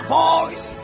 voice